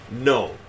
No